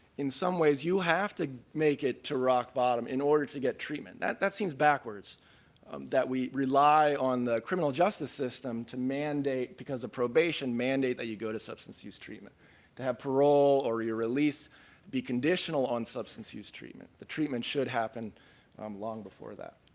in some ways, you will have to make it to rock bottom in order to get treatment. that that seems backwards that we rely on the criminal justice system to mandate because of probation, mandate that you go to substance use treatment. it to have pa a role or your release be conditional on substance use treatment. the treatment should happen um long before that.